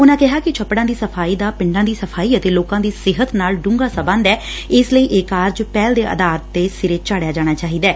ਉਨਾਂ ਕਿਹਾ ਕਿ ਛੱਪੜਾਂ ਦੀ ਸਫ਼ਾਈ ਦਾ ਪਿੰਡਾਂ ਦੀ ਸਫ਼ਾਈ ਅਤੇ ਲੋਕਾਂ ਦੀ ਸਿਹਤ ਨਾਲ ਡੰਘਾ ਸਬੰਧ ਐ ਇਸ ਲਈ ਇਹ ਕਾਰਜ ਪਹਿਲ ਦੇ ਆਧਾਰ ਉੱਤੇ ਸਿਰੇ ਚਾੜਿਆ ਜਾਣਾ ਚਾਹੀਦੈ